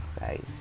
guys